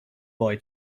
boy